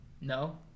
No